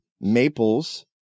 maples